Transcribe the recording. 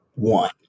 One